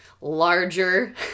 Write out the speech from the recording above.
larger